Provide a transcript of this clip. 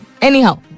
Anyhow